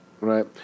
right